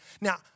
Now